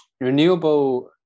renewable